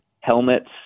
helmets